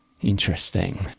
Interesting